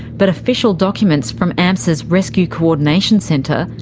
but official documents from amsa's rescue coordination centre,